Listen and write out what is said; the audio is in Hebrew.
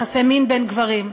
יחסי מין בין גברים.